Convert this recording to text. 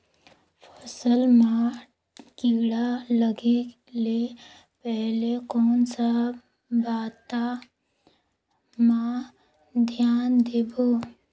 फसल मां किड़ा लगे ले पहले कोन सा बाता मां धियान देबो?